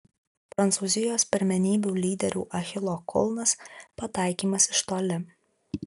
prancūzijos pirmenybių lyderių achilo kulnas pataikymas iš toli